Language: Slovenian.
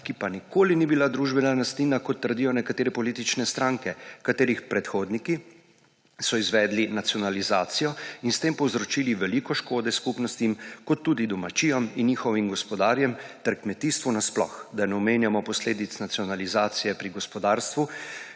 ki pa nikoli ni bila družbena lastnina, kot trdijo nekatere politične stranke, katerih predhodniki so izvedli nacionalizacijo in s tem povzročili veliko škode skupnostim kot tudi domačijam in njihovim gospodarjem ter kmetijstvu nasploh, da ne omenjamo posledic nacionalizacije pri gospodarstvu,